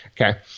Okay